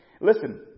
Listen